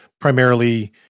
primarily